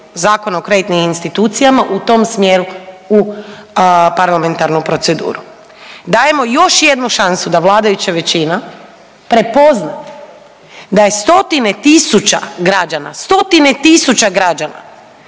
Zakona o kreditnim institucijama u tom smjeru u parlamentarnu proceduru. Dajemo još jednu šansu da vladajuća većina prepozna da je stotine tisuća građana, stotine tisuća građana